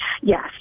Yes